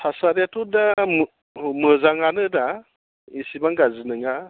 थासारिआथ' दा मोजांआनो दा एसेबां गाज्रि नङा